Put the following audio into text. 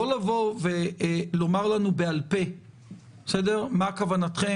לא לבוא ולומר לנו בעל-פה מה כוונתכם,